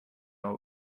are